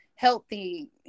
Healthy